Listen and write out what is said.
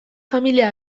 familia